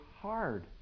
hard